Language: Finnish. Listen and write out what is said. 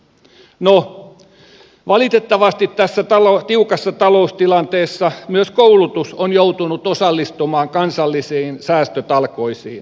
no valitettavasti tässä tiukassa taloustilanteessa myös koulutus on joutunut osallistumaan kansallisiin säästötalkoisiin